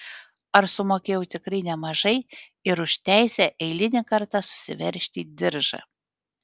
ar sumokėjau tikrai nemažai ir už teisę eilinį kartą susiveržti diržą